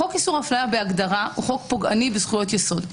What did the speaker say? חוק איסור אפליה בהגדרה הוא חוק פוגעני בזכויות יסוד.